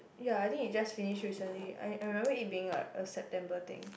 ya I think it just finish recently I I remember it being like a September thing